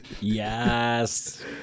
Yes